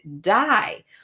die